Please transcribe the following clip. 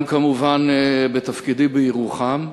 גם כמובן בתפקידי בירוחם.